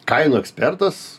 kainų ekspertas